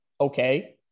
Okay